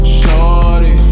Shorty